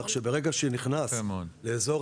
כך שברגע שנכנס לאזור